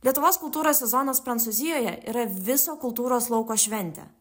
lietuvos kultūros sezonas prancūzijoje yra viso kultūros lauko šventė